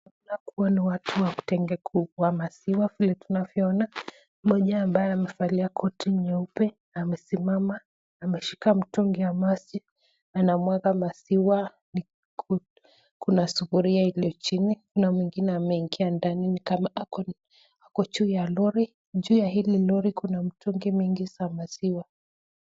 Naona kuna watu wa kutengeneza maziwa vile tunaona. Mmoja ambaye amevalia koti nyeupe amesimama ameshika mtungi ya maziwa. Anamwaga maziwa ni kuna sufuria iliyo chini. Kuna mwingine ameingia ndani ni kama ako ako juu ya lori . Juu ya hili lori kuna mitungi mingi ya maziwa.